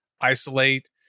isolate